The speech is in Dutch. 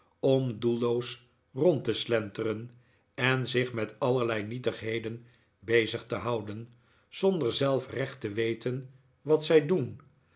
om doelloos rond te slenteren en zich met allerlei nietigheden bezig te houden zonder zelf recht te weten wat zij doen